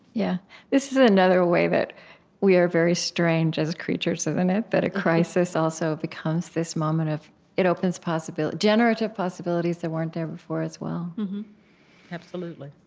yeah this is another way that we are very strange as creatures, isn't it, that a crisis also becomes this moment of it opens generative possibilities that weren't there before, as well absolutely